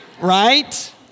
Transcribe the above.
Right